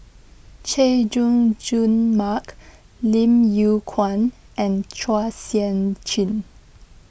Chay Jung Jun Mark Lim Yew Kuan and Chua Sian Chin